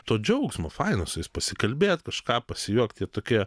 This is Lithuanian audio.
to džiaugsmo faina su jais pasikalbėt kažką pasijuokt jie tokie